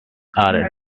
are